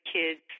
kids